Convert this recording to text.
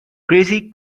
crazy